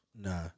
Nah